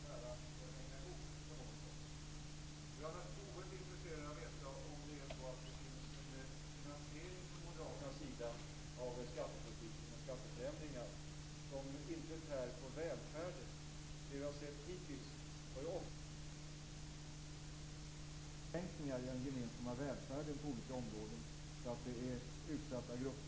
Jag är naturligtvis oerhört intresserad av att veta om Moderaterna har en finansiering av skattepolitiken och skatteförändringarna som inte tär på välfärden. Det jag hittills har sett har ju ofta handlat om sådana inskränkningar i den gemensamma välfärden på olika områden som inneburit att utsatta grupper har fått betala för bättre ställda gruppers skattesänkningar.